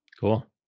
Cool